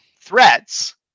threats